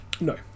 No